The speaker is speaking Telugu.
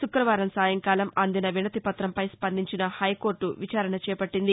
శుక్రవారం సాయంకాలం అందిస వినతిపత్రంపై స్పందించిన హైకోర్లు విచారణ చేపట్లింది